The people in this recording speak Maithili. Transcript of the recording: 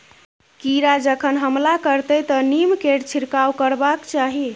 कीड़ा जखन हमला करतै तँ नीमकेर छिड़काव करबाक चाही